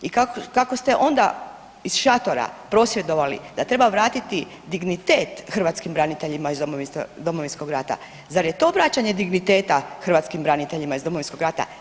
I kako ste onda iz šatora prosvjedovali da treba vratiti dignitet hrvatskim braniteljima iz Domovinskog rata, zar je to vraćanje digniteta hrvatskim braniteljima iz Domovinskog rata?